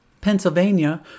Pennsylvania